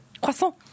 Croissant